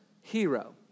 hero